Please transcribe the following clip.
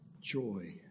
joy